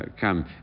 come